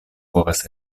povas